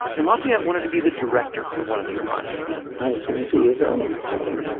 and lafayette wanted to be the director of one of those projects i was twenty two years old. so,